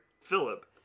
Philip